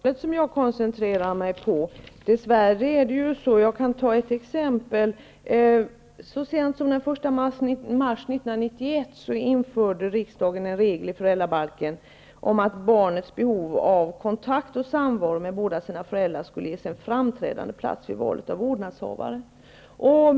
Fru talman! Det är också innehållet som jag koncentrerar mig på. Jag kan ta ett exempel. Så sent som den 1 mars 1991 införde riksdagen i föräldrabalken en regel om att barnets behov av kontakt och samvaro med båda sina föräldrar skulle ges en framträdande plats vid valet av vårdnadshavare.